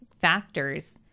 factors